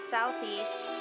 Southeast